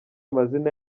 amazina